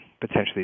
potentially